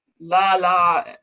Lala